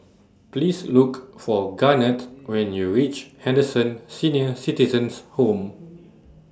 Please Look For Garnett when YOU REACH Henderson Senior Citizens' Home